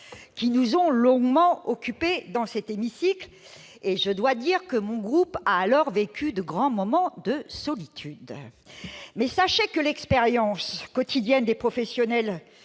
ont pourtant longuement occupés dans cet hémicycle. Je dois d'ailleurs dire que mon groupe a alors vécu de grands moments de solitude ... Mais sachez que l'expérience quotidienne des professionnels